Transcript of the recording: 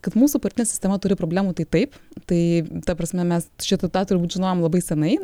kad mūsų partinė sistema turi problemų tai taip tai ta prasme mes šitą tą turbūt žinojome labai seniai